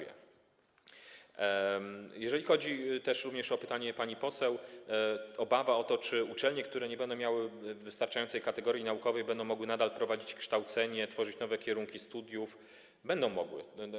Jeżeli chodzi o pytanie pani poseł, obawę o to, czy uczelnie, które nie będą miały wystarczającej kategorii naukowej, będą mogły nadal prowadzić kształcenie, tworzyć nowe kierunki studiów, to odpowiadam: będą mogły.